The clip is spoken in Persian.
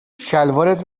شلوارت